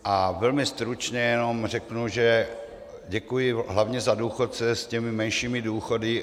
A velmi stručně jenom řeknu, že děkuji hlavně za důchodce s těmi menšími důchody.